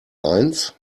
eins